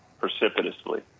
precipitously